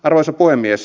arvoisa puhemies